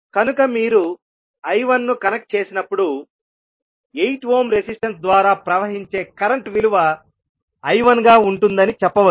కనుక మీరు I1 ను కనెక్ట్ చేసినప్పుడు 8 ఓమ్ రెసిస్టన్స్ ద్వారా ప్రవహించే కరెంట్ విలువ I1 గా ఉంటుంది అని చెప్పవచ్చు